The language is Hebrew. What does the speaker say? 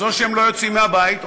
אז או שהם לא יוצאים מהבית,